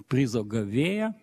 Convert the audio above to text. prizo gavėją